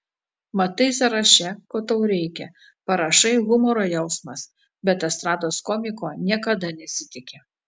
matai sąraše ko tau reikia parašai humoro jausmas bet estrados komiko niekada nesitiki